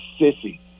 sissy